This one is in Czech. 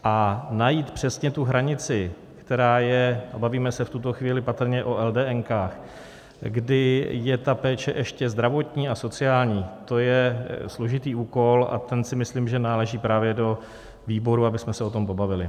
A najít přesně tu hranici, která je, bavíme se v tuto chvíli patrně o eldéenkách, kdy je ta péče ještě zdravotní a sociální, to je složitý úkol, a ten si myslím, že náleží právě do výboru, abychom se o tom pobavili.